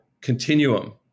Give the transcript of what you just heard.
continuum